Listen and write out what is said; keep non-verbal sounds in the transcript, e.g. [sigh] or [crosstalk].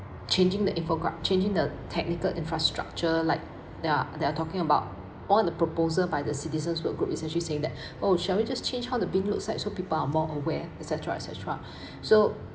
changing the info grab changing the technical infrastructure like they're they're talking about one of the proposal by the citizens will group is actually saying that [breath] oh shall we just change how the bin looks like so people are more aware etcetera etcetera [breath] so